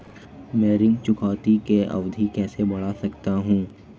मैं ऋण चुकौती की अवधि कैसे बढ़ा सकता हूं?